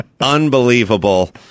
unbelievable